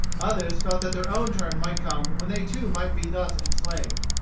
others felt that their own turn might come when they too might be thus enslaved.